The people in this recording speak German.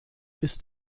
ist